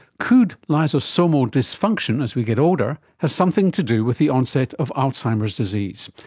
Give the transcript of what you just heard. could lysosomal dysfunction as we get older have something to do with the onset of alzheimer's disease?